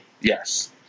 Yes